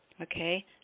Okay